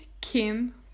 Kim